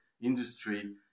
industry